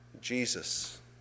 Jesus